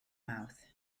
mawrth